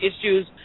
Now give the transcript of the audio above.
issues